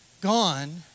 gone